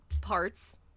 parts